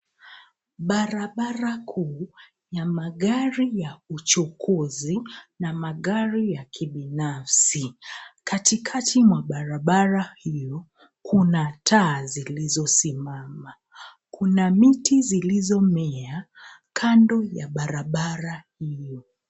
Barabara kuu ya magari ya uchukuzi na magari ya kibinafsi. Katikati mwa barabara hio kuna taa zilizosimama. Kina miti zilizomea kando ya barabara hii.